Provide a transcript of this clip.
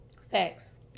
Facts